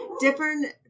different